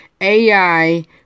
AI